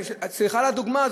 סליחה על הדוגמה,